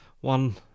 One